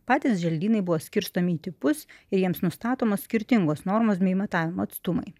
patys želdynai buvo skirstomi į tipus ir jiems nustatomos skirtingos normos bei matavimo atstumai